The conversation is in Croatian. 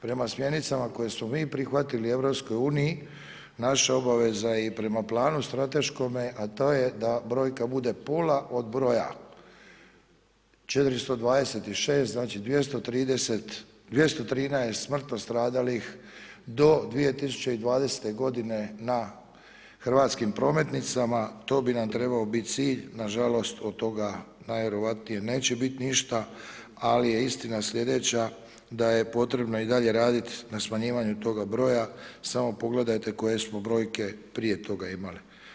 Prema smjernicama koje smo mi prihvatili u EU-u, naša obaveza i prema planu strateškome a to je da brojka bude pola od broja 426, znači 213 smrtno stradalih do 2020. godine na hrvatskim prometnicama, to bi nam trebao biti cilj, nažalost od toga najvjerojatnije neće biti ništa ali je istina slijedeća, da je potrebno i dalje raditi na smanjivanju toga broja, samo pogledajte koje smo brojke prije toga imali.